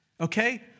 Okay